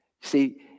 See